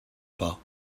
pas